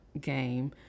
game